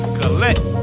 collect